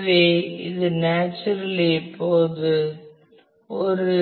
எனவே இது நேச்சுரலி இப்போது ஒரு